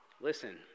Listen